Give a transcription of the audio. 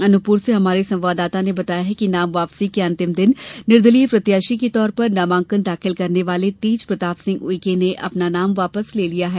अनूपपुर से हमारे संवाददाता ने बताया है कि नाम वापसी के अंतिम दिन निर्दलीय प्रत्याशी के तौर पर नामांकन दाखिल करने वाले तेजप्रताप सिंह उइके ने अपना नाम वापस ले लिया है